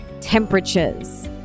temperatures